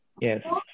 yes